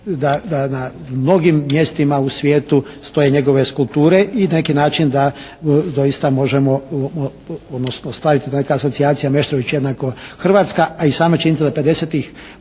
je na mnogim mjestima na svijetu stoje njegove skulpture i na neki način da doista možemo odnosno staviti neke asocijacije Meštrović = Hrvatska, a i sama činjenica da